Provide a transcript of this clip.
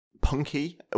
punky